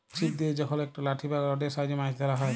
ছিপ দিয়ে যখল একট লাঠি বা রডের সাহায্যে মাছ ধ্যরা হ্যয়